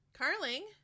carling